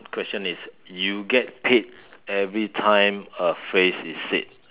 question is you get paid every time a phrase is said